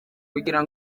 kugira